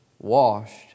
washed